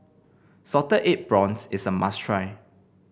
Salted Egg Prawns is a must try